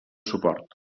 suport